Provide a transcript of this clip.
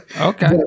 Okay